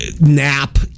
nap